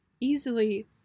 easily